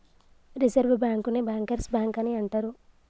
reserve బ్యాంకుని bankers bank అని అంటరు